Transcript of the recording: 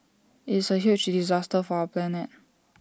it's A huge disaster for our planet